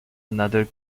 another